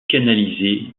canalisée